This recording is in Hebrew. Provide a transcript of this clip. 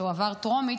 שעבר טרומית,